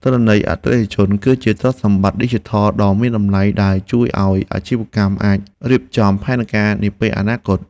ទិន្នន័យអតិថិជន គឺជាទ្រព្យសម្បត្តិឌីជីថលដ៏មានតម្លៃដែលជួយឱ្យអាជីវកម្មអាចរៀបចំផែនការនាពេលអនាគត។